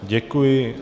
Děkuji.